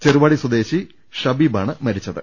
ചെറുവാടി സ്വദേശി ഷബീബാണ് മരിച്ചത്